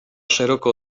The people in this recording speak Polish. szeroko